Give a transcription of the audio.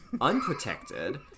unprotected